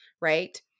Right